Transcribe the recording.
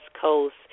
Coast